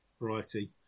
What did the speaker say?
Variety